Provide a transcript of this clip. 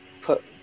put